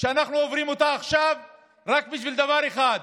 שאנחנו עוברים עכשיו זה רק בשביל דבר אחד: